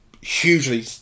hugely